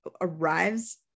arrives